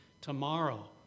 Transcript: tomorrow